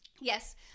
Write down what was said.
Yes